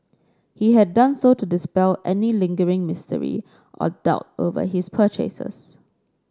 he had done so to dispel any lingering mystery or doubt over his purchases